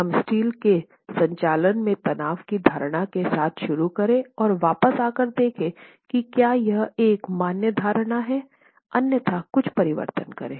हम स्टील के संचालन में तनाव की धारणा के साथ शुरू करें और वापस आकर देखें कि क्या यह एक मान्य धारणा है अन्यथा कुछ परिवर्तन करें